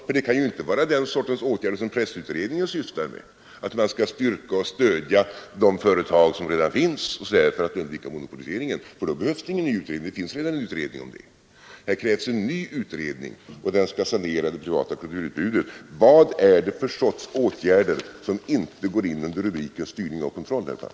För det kan ju inte vara den sortens åtgärder som pressutredningen sysslar med, att man skall styrka och stödja de företag som redan är verksamma för att undvika monopolisering. Då behövs det ingen ny utredning; det finns redan en utredning om det. Här krävs alltså en ny utredning som skall sanera det privata kulturutbudet. Vad är det då fråga om för sorts åtgärder som inte går in under rubriken styrning och kontroll, herr Palm?